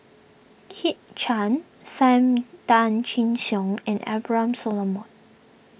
Kit Chan Sam Tan Chin Siong and Abraham Solomon